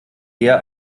eher